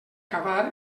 cavar